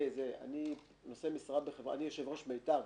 אני יושב-ראש "מיתר",